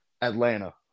Atlanta